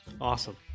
Awesome